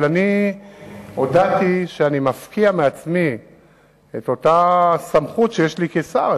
אבל אני הודעתי שאני מפקיע מעצמי את אותה סמכות שיש לי כשר,